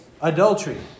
adultery